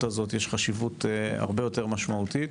הזו יש חשיבות הרבה יותר משמעותית.